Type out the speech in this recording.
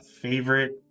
favorite